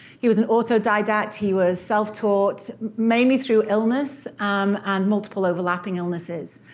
he was an autodidact, he was self-taught, mainly through illness and multiple overlapping illnesses.